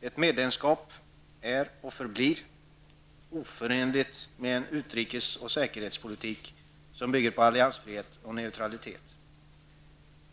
Ett medlemskap är och förblir oförenligt med en utrikes och säkerhetspolitik som bygger på alliansfrihet och neutralitet. Det är nödvändigt